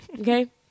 Okay